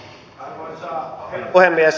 arvoisa herra puhemies